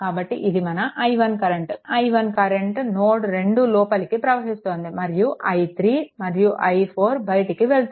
కాబట్టి ఇది మన i1 కరెంట్ i1 కరెంట్ నోడ్2 లోపలికి ప్రవహిస్తుంది మరియు i3 మరియు i4 బయటికి వెళ్తున్నాయి